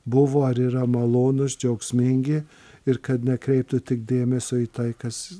buvo ar yra malonūs džiaugsmingi ir kad nekreiptų tik dėmesio į tai kas